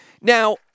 Now